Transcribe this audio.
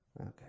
Okay